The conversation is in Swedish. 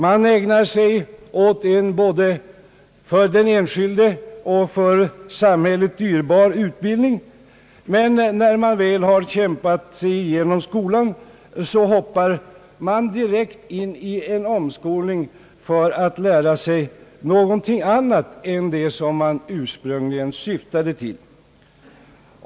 Man ägnar sig åt en både för den enskilde och för samhället dyrbar utbildning, men när man väl har kämpat sig genom skolan hoppar man direkt in i en omskolning för att lära sig någonting annat än det som man ursprungligen syftade till.